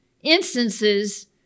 instances